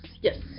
yes